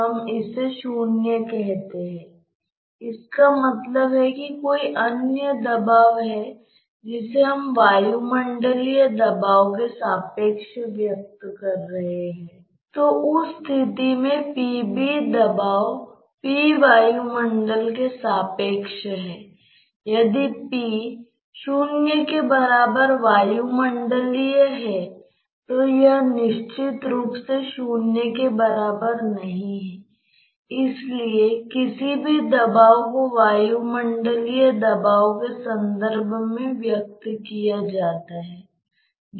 आप देख सकते हैं कि इनविसिड प्रवाह के साथ आप कोई स्लिप की सीमा स्थिति नहीं लगा सकते क्योंकि अगर इसे एक समान होना है